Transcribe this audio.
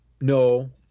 No